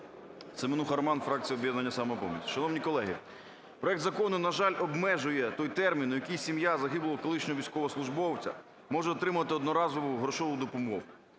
Семенуха Роман, фракція "Об'єднання "Самопоміч". Шановні колеги, проект закону, на жаль, обмежує той термін, в який сім'я колишнього військовослужбовця може отримати одноразову грошову допомогу.